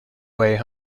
way